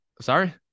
sorry